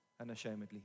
unashamedly